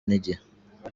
n’igihe